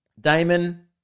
Damon